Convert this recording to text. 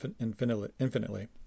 infinitely